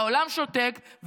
והעולם שותק,